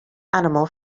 animal